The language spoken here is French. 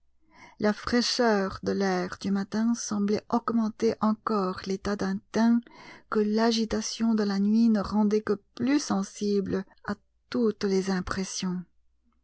la fraîcheur de l'air du matin semblait augmenter encore l'état d'un teint que l'agitation de la nuit ne rendait que plus sensible à toutes les impressions